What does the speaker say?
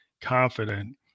confident